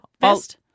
best